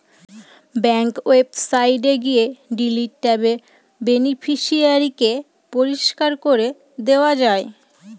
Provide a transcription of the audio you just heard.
bank ওয়েবসাইটে গিয়ে delete ট্যাবে বেনিফিশিয়ারি কে পরিষ্কার করে দেওয়া যায়